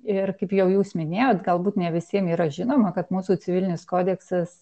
ir kaip jau jūs minėjot galbūt ne visiem yra žinoma kad mūsų civilinis kodeksas